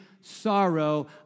sorrow